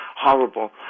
horrible